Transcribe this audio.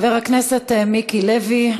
חבר הכנסת מיקי לוי,